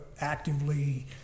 actively